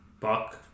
Buck